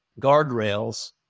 guardrails